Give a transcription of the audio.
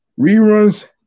Reruns